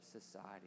society